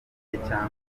intambara